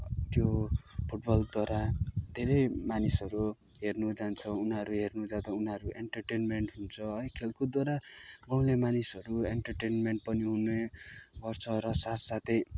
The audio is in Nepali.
त्यो फुटबलद्वारा धेरै मानिसहरू हेर्नु जान्छ उनीहरू हेर्नु जाँदा उनीहरू एन्टरटेनमेन्ट हुन्छ है खेलकुदद्वारा गाउँले मानिसहरू एन्टरटेनमेन्ट पनि हुनेगर्छ र साथसाथै